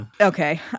Okay